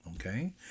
okay